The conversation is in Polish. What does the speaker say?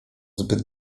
zbyt